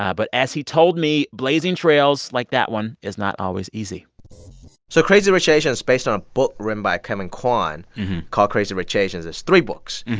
ah but as he told me, blazing trails like that one is not always easy so crazy rich asians is based on a book written by kevin kwan called crazy rich asians. there's three books.